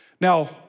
Now